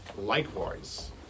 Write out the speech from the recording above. likewise